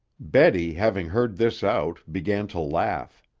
betty, having heard this out, began to laugh.